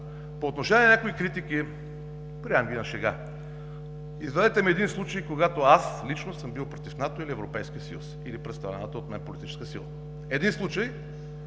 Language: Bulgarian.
По отношение на някои критики – приемам ги на шега. Извадете ми един случай, когато лично аз съм бил против НАТО или Европейския съюз, или представената от мен политическа сила! Един случай!